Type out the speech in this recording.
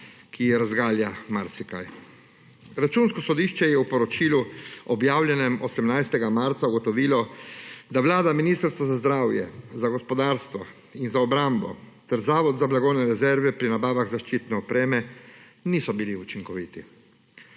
ki razgalja marsikaj. Računsko sodišče je v poročilu, objavljenem 18. marca, ugotovilo, da Vlada, ministrstva za zdravje, za gospodarstvo in za obrambo ter Zavod za blagovne rezerve pri nabavah zaščitne opreme niso bili učinkoviti.